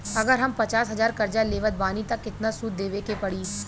अगर हम पचास हज़ार कर्जा लेवत बानी त केतना सूद देवे के पड़ी?